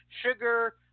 sugar